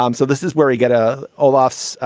um so this is where we get a ah laughs,